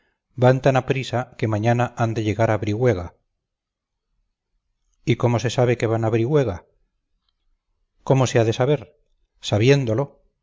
van tan aprisa que mañana han de llegar a brihuega y cómo se sabe que van a brihuega cómo se ha de saber sabiéndolo